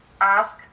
ask